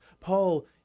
Paul